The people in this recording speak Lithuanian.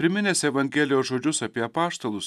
priminęs evangelijos žodžius apie apaštalus